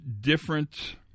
different